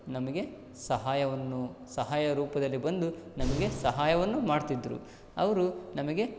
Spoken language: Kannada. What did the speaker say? ನಮಗೆ ಸಹಾಯವನ್ನು ಸಹಾಯ ರೂಪದಲ್ಲಿ ಬಂದು ನಮಗೆ ಸಹಾಯವನ್ನು ಮಾಡ್ತಿದ್ದರು ಅವರು ನಮಗೆ